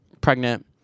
pregnant